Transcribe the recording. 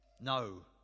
no